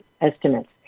estimates